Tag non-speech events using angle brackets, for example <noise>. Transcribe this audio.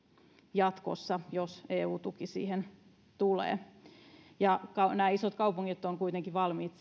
jatkossa jos eu tuki siihen tulee nämä isot kaupungit ovat kuitenkin valmiit <unintelligible>